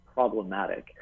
problematic